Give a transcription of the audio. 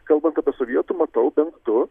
kalbant apie sovietų matau bent du